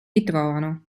ritrovano